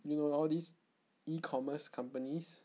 you know all these e-commerce companies